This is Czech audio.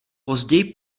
později